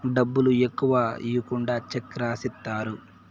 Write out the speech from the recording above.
డబ్బులు ఎక్కువ ఈకుండా చెక్ రాసిత్తారు